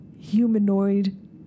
humanoid